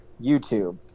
youtube